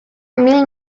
mil